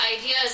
ideas